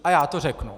A já to řeknu.